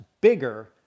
bigger